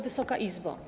Wysoka Izbo!